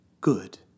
good